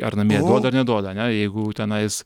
ar namie duoda ar neduoda ane jeigu tenais